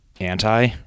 anti